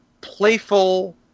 playful